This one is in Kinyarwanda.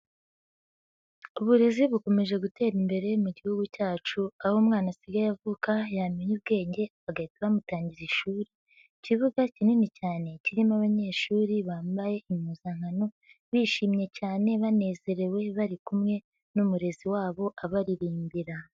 Uburezi bukomeje gutera imbere mu gihugu cyacu aho umwana asigaye avuka yamenya ubwenge agahita bamutangiza ishuri. Ikibuga kinini cyane kirimo abanyeshuri bambaye impuzankano bishimye cyane, banezerewe bari kumwe n'umurezi wabo abaririmbira.